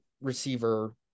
receiver